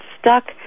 stuck